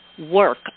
work